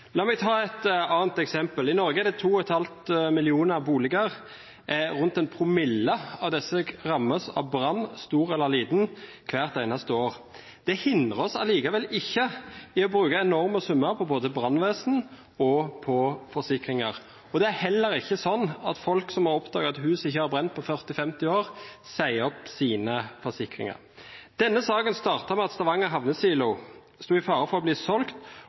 La meg ta et annet eksempel: I Norge er det 2,5 millioner boliger, rundt 1 promille av disse rammes av brann, stor eller liten, hvert eneste år. Det hindrer oss allikevel ikke i å bruke enorme summer på både brannvesen og forsikringer, og det er heller ikke slik at folk som har oppdaget at huset ikke har brent på 40–50 år, sier opp sine forsikringer. Denne saken startet med at Stavanger Havnesilo sto i fare for å bli solgt,